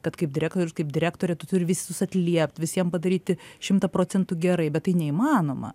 kad kaip direktorius kaip direktore tu turi visus atliept visiem padaryti šimtą procentų gerai bet tai neįmanoma